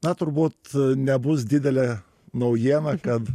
na turbūt nebus didelė naujiena kad